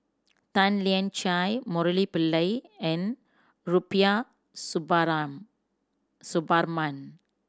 Tan Lian Chye Murali Pillai and Rubiah Suparman